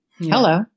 Hello